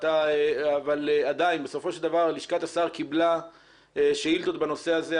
אבל עדיין בסופו של דבר לשכת השר קיבלה שאילתות בנושא הזה,